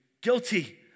guilty